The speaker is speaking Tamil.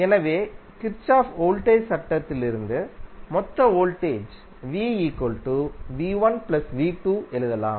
எனவே கிர்ச்சோஃப் வோல்டேஜ் சட்டத்திலிருந்து மொத்த வோல்டேஜ் எழுதலாம்